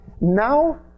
Now